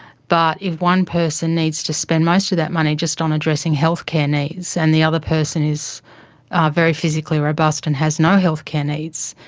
but if one person needs to spend most of that money just on addressing healthcare needs, and the other person is very physically robust and has no healthcare needs,